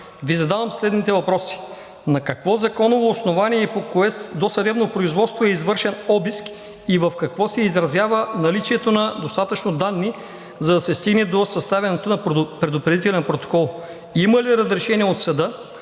Ви задавам следните въпроси: на какво законово основание и по кое досъдебно производство е извършен обиск и в какво се изразява наличието на достатъчно данни, за да се стигне до съставянето на предупредителен протокол? Има ли разрешение от съда,